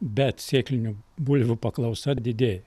bet sėklinių bulvių paklausa didėja